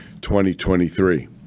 2023